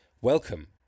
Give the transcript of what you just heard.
welcome